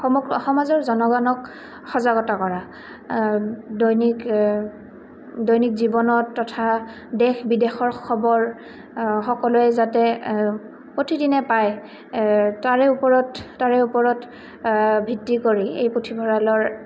সমগ্ৰ সমাজৰ জনগনক সজাগতা কৰা দৈনিক দৈনিক জীৱনত তথা দেশ বিদেশৰ খবৰ সকলোৱে যাতে প্ৰতিদিনে পায় তাৰে ওপৰত তাৰে ওপৰত ভিত্তি কৰি এই পুথিভঁৰালৰ